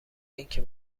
اینکه